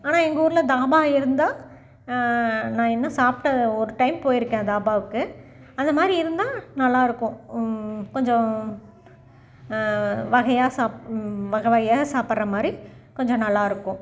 ஆனால் எங்கள் ஊரில் தாபா இருந்தால் நான் என்ன சாப்பிட்ட ஒரு டைம் போயிருக்கேன் தாபாவுக்கு அந்த மாதிரி இருந்தால் நல்லா இருக்கும் கொஞ்சம் வகையாக சாப் வகை வகையாக சாப்பிட்ற மாதிரி கொஞ்சம் நல்லா இருக்கும்